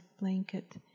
blanket